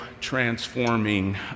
transforming